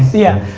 yeah,